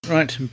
Right